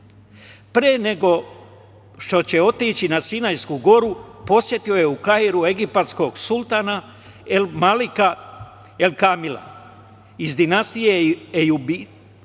Pre nego što će otići na Sinajsku goru posetio je u Kairu egipatskog sultana El. Malika, el, Kamila, iz dinastije Ejubida,